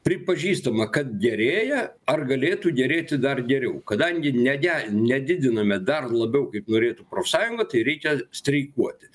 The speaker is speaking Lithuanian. pripažįstama kad gerėja ar galėtų gerėti dar geriau kadangi nege nedidiname dar labiau kaip norėtų profsąjunga tai reikia streikuoti